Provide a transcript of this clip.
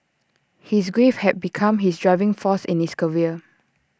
his grief had become his driving force in his career